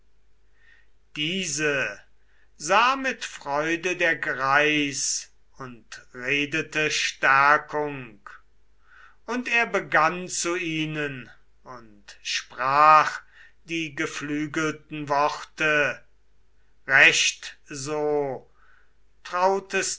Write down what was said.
auch sah mit freude der völkerfürst agamemnon und er begann zu jenem und sprach die geflügelten worte möchten o